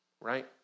Right